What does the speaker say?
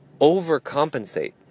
overcompensate